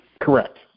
Correct